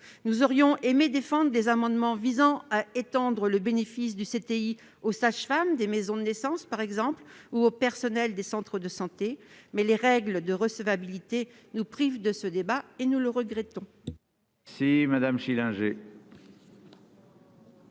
Nous aurions souhaité défendre des amendements visant à étendre le bénéfice du CTI aux sages-femmes des maisons de naissance, par exemple, ou au personnel des centres de santé, mais les règles en matière de recevabilité nous privent de ce débat, ce que nous regrettons. La parole est